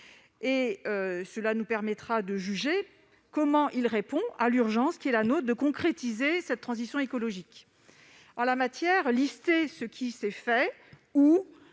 été. Cela nous permettra de juger comment il répond à l'urgence qui est la nôtre de concrétiser la transition écologique. En la matière, lister ce qui s'est fait, où,